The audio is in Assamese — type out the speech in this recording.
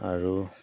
আৰু